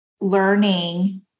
learning